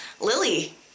Lily